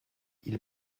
ils